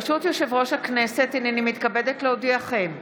ברשות יושב-ראש הכנסת, הינני מתכבדת להודיעכם,